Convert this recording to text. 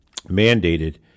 mandated